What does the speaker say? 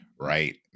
right